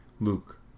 Luke